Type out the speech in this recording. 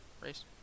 race